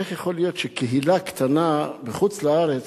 איך יכול להיות שקהילה קטנה בחוץ-לארץ